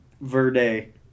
Verde